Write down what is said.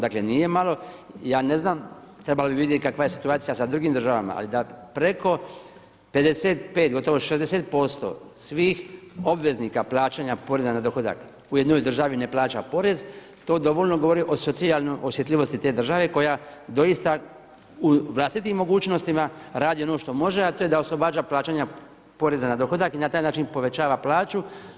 Dakle nije malo, ja ne znam trebalo bi vidjeti kakva je situacija sa drugim državama, ali da preko 55 gotovo 60% svih obveznika plaćanja poreza na dohodak u jednoj državi ne plaća porez, to dovoljno govori o socijalnoj osjetljivosti te države koja doista u vlastitim mogućnostima radi ono što može, a to je da oslobađa plaćanja poreza na dohodak i na taj način povećava plaću.